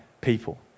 people